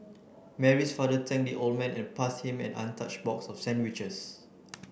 Mary's father thanked the old man and passed him an untouched box of sandwiches